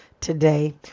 today